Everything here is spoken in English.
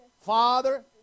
Father